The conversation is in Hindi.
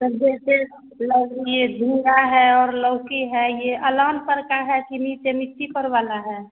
सर जैसे ये घिया है और लौकी है ये अलान पर का है कि नीचे मिट्टी पर वाला है